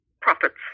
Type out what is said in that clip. profits